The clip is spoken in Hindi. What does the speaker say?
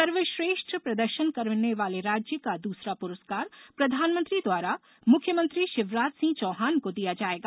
सर्वश्रेष्ठ प्रदर्शन करने वाले राज्य का दूसरा पुरस्कार प्रधानमंत्री द्वारा मुख्यमंत्री शिवराज सिंह चौहान को दिया जायेगा